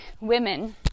women